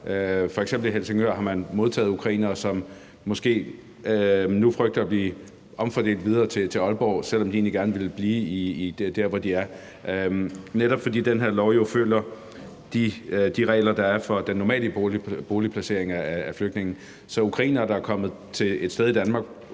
har man i Helsingør modtaget ukrainere, som måske nu frygter at blive omfordelt videre til Aalborg, selv om de egentlig gerne vil blive der, hvor de er. Det er netop, fordi den her lov jo følger de regler, der er for den normale boligplacering af flygtninge. Så hvad kan man gøre for, at de ukrainere,